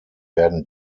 werden